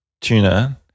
Tuna